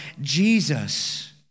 Jesus